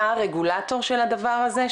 אתה הרגולטור של הדבר הזה?